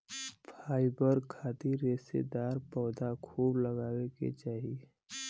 fibre खातिर रेशेदार पौधा खूब लगावे के चाही